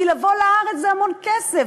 כי לבוא לארץ זה המון כסף,